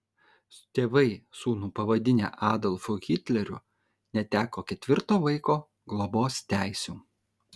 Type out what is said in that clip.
tėvai sūnų pavadinę adolfu hitleriu neteko ketvirto vaiko globos teisių